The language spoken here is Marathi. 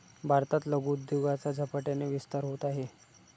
भारतात लघु उद्योगाचा झपाट्याने विस्तार होत आहे